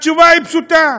התשובה היא פשוטה,